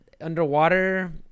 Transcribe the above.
underwater